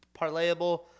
parlayable